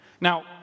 Now